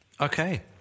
Okay